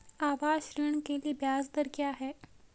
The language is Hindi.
आवास ऋण के लिए ब्याज दर क्या हैं?